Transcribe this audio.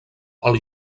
ell